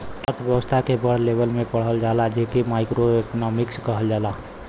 अर्थव्यस्था के बड़ लेवल पे पढ़ल जाला जे के माइक्रो एक्नामिक्स कहल जाला